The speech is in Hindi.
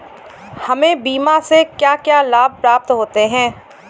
हमें बीमा से क्या क्या लाभ प्राप्त होते हैं?